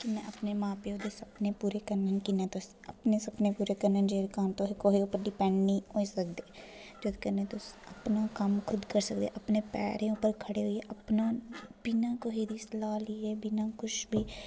कि'यां अपने मां प्योऽ दे सपने पूरे करने न की कि'यां तुसें अपने सपने पूरे करने न जेह्दे कारण तुस कुसै उप्पर डिपेंड निं होई सकदे जेह्दे कन्नै तुस अपने कम्म खुद पूरे करी सकदे अपने पैरें उप्पर खड़े होइयै अपना बिना कुसै दी सलाह लिये बिना कुछ बी